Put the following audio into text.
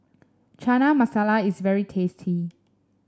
Chana Masala is very tasty